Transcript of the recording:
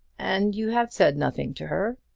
and you have said nothing to her?